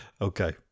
okay